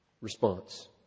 response